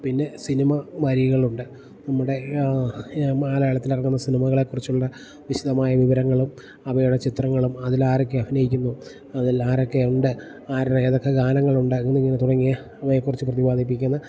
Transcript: പിന്നെ സിനിമ വാരികകളുണ്ട് നമ്മുടെ മാലയാളത്തിലിറങ്ങുന്ന സിനിമകളെക്കുറിച്ചുള്ള വിശദമായ വിവരങ്ങളും അവയുടെ ചിത്രങ്ങളും അതിലാരൊക്കെ അഭിനയിക്കുന്നു അതിൽ ആരൊക്കെ ഉണ്ട് ആരുടെ ഏതൊക്കെ ഗാനങ്ങളുണ്ട് അതിങ്ങനെ തുടങ്ങിയ അവയെക്കുറിച്ച് പ്രതിപാദിപ്പിക്കുന്ന